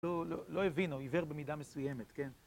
לא הבינו, עיוור במידה מסוימת, כן.